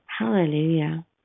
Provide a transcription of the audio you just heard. Hallelujah